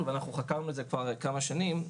חקרנו את זה כבר כמה שנים,